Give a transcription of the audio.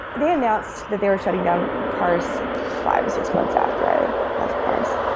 they announced that they were shutting down parse five or six months after i left parse.